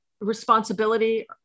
responsibility